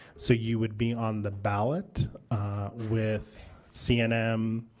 so you would be on the ballot with cnm,